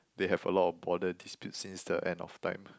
they have a lot border disputes since the end of time